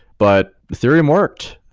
but ethereum worked.